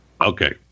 Okay